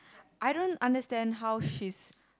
I don't understand how she's